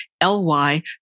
L-Y